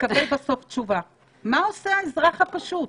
תקבל בסוף תשובה, מה עושה האזרח הפשוט?